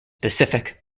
pacific